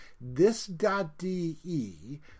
This.de